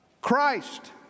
Christ